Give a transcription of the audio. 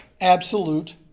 absolute